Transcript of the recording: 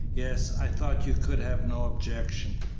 yes i thought you could have no objection.